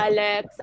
Alex